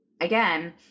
again